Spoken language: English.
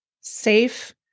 safe